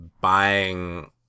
buying